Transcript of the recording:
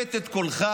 מעוות את קולך,